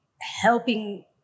helping